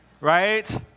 right